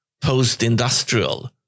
post-industrial